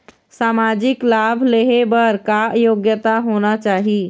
सामाजिक लाभ लेहे बर का योग्यता होना चाही?